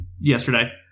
yesterday